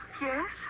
Yes